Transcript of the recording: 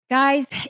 Guys